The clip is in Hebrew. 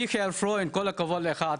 מיכאל פרוינד כל הכבוד לך,